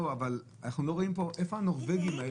איפה הנורבגים האלה שהגיעו?